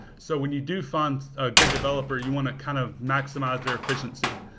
so when you do find a good developer, you want to kind of maximize their efficiency.